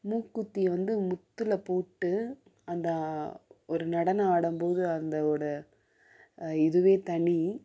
மூக்குத்தியை வந்து முத்தில் போட்டு அந்த ஒரு நடனம் ஆடும் போது அந்தவோடய இதுவே தனி